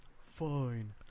Fine